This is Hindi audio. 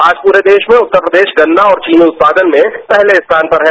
आज पूरे देश में उत्तर प्रदेश गन्ना और चीनी उत्पादन में पहले स्थान पर है